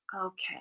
Okay